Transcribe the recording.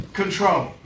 control